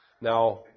Now